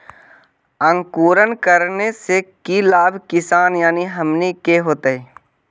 अंकुरण करने से की लाभ किसान यानी हमनि के होतय?